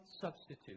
substitute